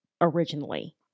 originally